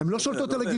הן לא שולטות על הגידול.